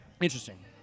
Interesting